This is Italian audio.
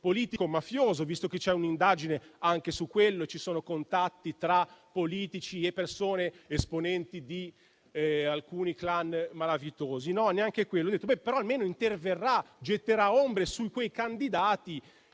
politico mafioso, visto che c'è un'indagine anche su quello e ci sono contatti tra politici ed esponenti di alcuni *clan* malavitosi. No, neanche quello. Ho detto: almeno interverrà e getterà ombre su quei candidati